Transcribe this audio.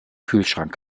kühlschrank